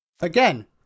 Again